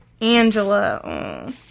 Angela